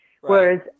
Whereas